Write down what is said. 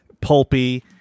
pulpy